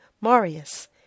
Marius